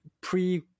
Pre